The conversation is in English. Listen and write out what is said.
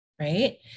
right